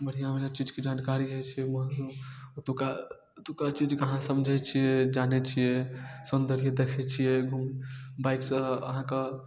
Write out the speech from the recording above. बढ़िआँ बढ़िआँ चीजके जानकारी हइ छै वहाँ ओतुका ओतुका चीजके अहाँ समझै छिए जानै छिए सबतरहेँ देखै छिए घुम बाइकसँ अहाँके